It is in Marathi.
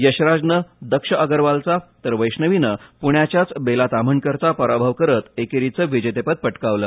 यशराजनं दक्ष आगरवालचा तर वैष्णवीनं पुण्याच्याच बेला ताम्हणकरचा पराभव करत एकेरीचं विजेतेपद पटकावलं